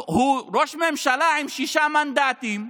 הוא ראש ממשלה עם שישה מנדטים,